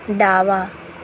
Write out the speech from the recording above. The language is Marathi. डावा